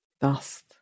dust